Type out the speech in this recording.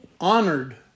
honored